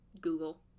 google